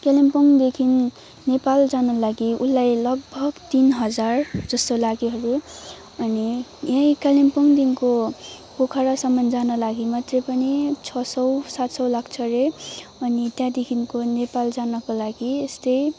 कालिम्पोङदेखि नेपाल जानको लागि उसलाई लगभग तिन हजार जस्तो लाग्यो अरे अनि यहीँ कालिम्पोङदेखिको पोखरासम्म जान लागि मात्र पनि छ सय सात सय लाग्छ अरे अनि त्यहाँदेखिको नेपाल जानको लागि यस्तै